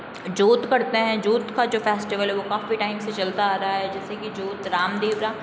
जोत पढ़ते है जोत का जो फेस्टिवल है वो काफ़ी टाइम से चलता आ रहा है जैसे कि जोत रामदेवरा